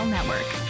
Network